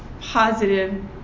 positive